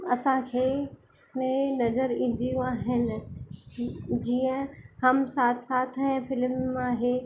असांखे में नज़र ईंदियूं आहिनि जीअं हम साथ साथ हैं फ़िल्म आहे